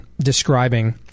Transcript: describing